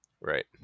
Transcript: Right